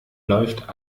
läuft